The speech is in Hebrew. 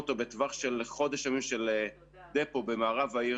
אותו בטווח של חודש ימים של דפו במערב העיר